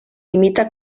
imita